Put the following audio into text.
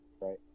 right